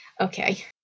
okay